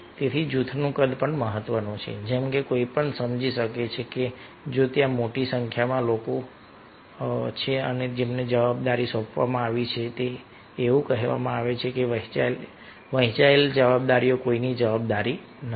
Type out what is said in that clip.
તેથી જૂથનું કદ પણ મહત્વનું છે જેમ કે કોઈ પણ સમજી શકે છે કે જો ત્યાં મોટી સંખ્યામાં લોકો છે જેમને જવાબદારી સોંપવામાં આવી છે કારણ કે એવું કહેવામાં આવે છે કે વહેંચાયેલ જવાબદારી કોઈની જવાબદારી નથી